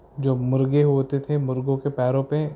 جو مرغے ہوتے تھے مرغوں کے پیروں پہ